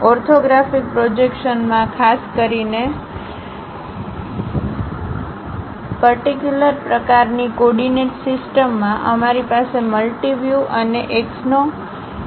orthographic projection માં ખાસ કરીને પરપિંડીકયુંલર પ્રકારની કોડીનેટ સિસ્ટમ માં અમારી પાસે મલ્ટિ વ્યૂ અને એક્સોનોમેટ્રિક પ્રકારનાં અનુમાન છે